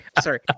Sorry